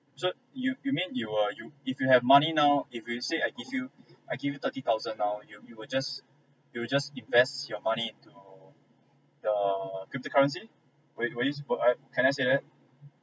so you you mean you will you if you have money now if you let's say I give you I give you thirty thousand now you you will just you will just invest your money into the cryptocurrency where where I can say that